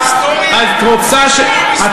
זה שיעור היסטוריה?